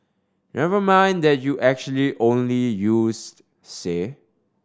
never mind that you actually only used say